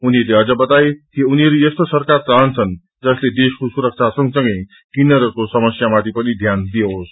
उनीहरूले अम्म बताए कि उनीहरू यस्तो सरकार चाहन्छन् जसले देशको सुरक्षा संगसंगै किन्नरहरूको समस्यामाथि पनि ध्यान देओस